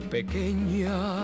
Pequeña